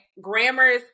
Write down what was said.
Grammars